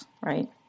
right